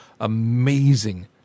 amazing